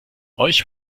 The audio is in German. euch